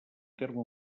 terme